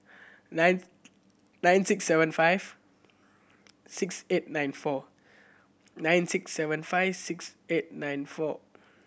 nine nine six seven five six eight nine four nine six seven five six eight nine four